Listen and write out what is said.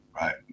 Right